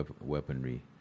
weaponry